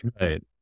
right